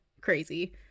crazy